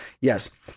Yes